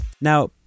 Now